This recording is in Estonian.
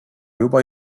juba